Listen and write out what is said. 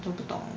都不懂